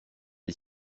est